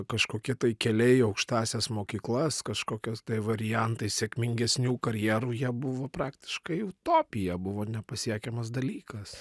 kažkokie tai keliai į aukštąsias mokyklas kažkokios tai variantai sėkmingesnių karjerų jie buvo praktiškai utopija buvo nepasiekiamas dalykas